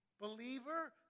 believer